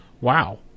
Wow